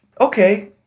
okay